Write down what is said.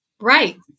Right